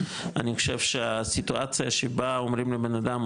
אני חושב שהסיטואציה שבה אומרים לבנאדם,